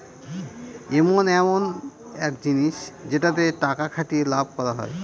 ইমন এক জিনিস যেটাতে টাকা খাটিয়ে লাভ করা হয়